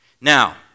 Now